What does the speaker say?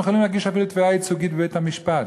יכולים להגיש אפילו תביעה ייצוגית בבית-המשפט,